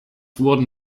wurden